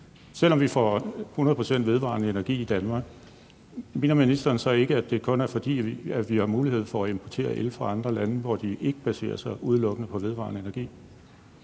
Selv om vi får 100 pct. vedvarende energi i Danmark, mener ministeren så ikke, at det kun er, fordi vi har mulighed for at importere el fra andre lande, hvor de ikke baserer sig udelukkende på vedvarende energi?